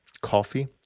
Coffee